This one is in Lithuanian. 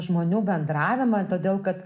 žmonių bendravimą todėl kad